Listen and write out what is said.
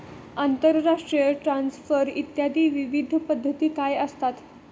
आंतरराष्ट्रीय ट्रान्सफर इत्यादी विविध पद्धती काय असतात?